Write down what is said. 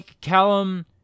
Callum